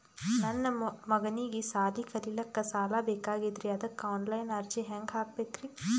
ನನ್ನ ಮಗನಿಗಿ ಸಾಲಿ ಕಲಿಲಕ್ಕ ಸಾಲ ಬೇಕಾಗ್ಯದ್ರಿ ಅದಕ್ಕ ಆನ್ ಲೈನ್ ಅರ್ಜಿ ಹೆಂಗ ಹಾಕಬೇಕ್ರಿ?